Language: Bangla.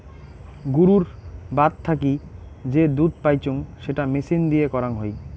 গুরুর বাত থাকি যে দুধ পাইচুঙ সেটা মেচিন দিয়ে করাং হই